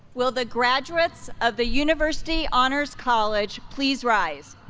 will the graduates of the university honors college please rise?